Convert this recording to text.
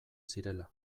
zirela